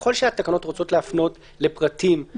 ככל שהתקנות רוצות להפנות לפרטים,